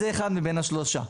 זה אחד מבין השלושה.